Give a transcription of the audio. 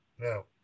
Now